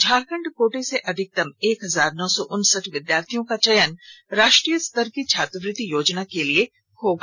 झारखंड कोटे से अधिकतम एक हजार नौ सौ उनसठ विद्यार्थियों का चयन राष्ट्रीय स्तर की छात्रवृति योजना के लिए होगा